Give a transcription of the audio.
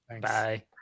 Bye